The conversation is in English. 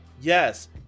yes